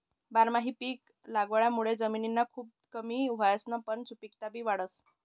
बारमाही पिक लागवडमुये जमिननी धुप कमी व्हसच पन सुपिकता बी वाढस